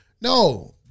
No